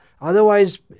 Otherwise